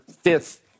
fifth